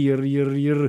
ir ir ir